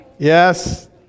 Yes